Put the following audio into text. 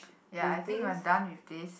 ya I think we are done with this